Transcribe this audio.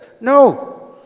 No